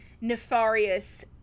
nefarious